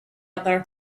other